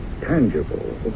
tangible